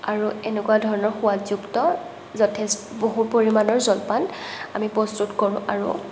আৰু এনেকুৱা ধৰণৰ সোৱাদযুক্ত যথেষ্ট বহু পৰিমাণৰ জলপান আমি প্ৰস্তুত কৰোঁ আৰু